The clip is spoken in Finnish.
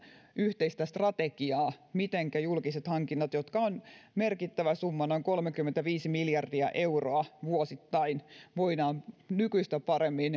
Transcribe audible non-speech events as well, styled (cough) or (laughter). yhteistä strategiaa mitenkä julkiset hankinnat jotka ovat merkittävä summa noin kolmekymmentäviisi miljardia euroa vuosittain voidaan nykyistä paremmin (unintelligible)